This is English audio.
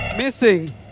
missing